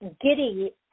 giddy